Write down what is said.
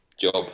job